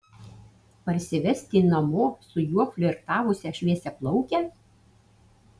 parsivesti namo su juo flirtavusią šviesiaplaukę